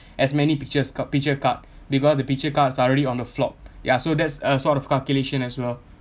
as many pictures card picture card maybe all the picture cards are already on the flop ya so that's a sort of calculation as well